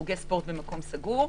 חוגי ספורט במקום סגור.